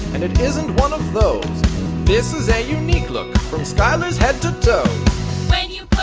and it isn't one of those this is a unique look from skyler's head to toe when you